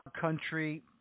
country